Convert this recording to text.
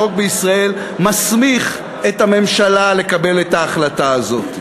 החוק בישראל מסמיך את הממשלה לקבל את ההחלטה הזו.